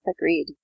Agreed